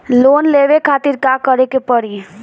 Loan लेवे खातिर का करे के पड़ी?